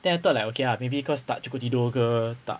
then I thought like okay lah maybe cause tak cukup tidur ke tak